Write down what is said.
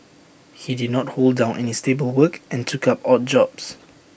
he did not hold down any stable work and took up odd jobs